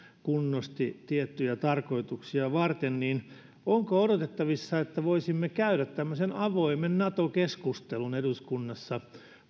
kunnosti tiettyjä tarkoituksia varten niin onko odotettavissa että voisimme käydä tämmöisen avoimen nato keskustelun eduskunnassa